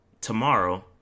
tomorrow